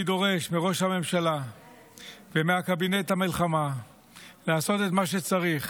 אני דורש מראש הממשלה ומקבינט המלחמה לעשות את מה שצריך.